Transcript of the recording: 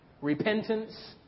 Repentance